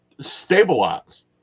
stabilize